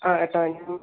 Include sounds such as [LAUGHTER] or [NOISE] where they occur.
ആ ഏട്ടാ [UNINTELLIGIBLE]